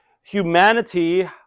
humanity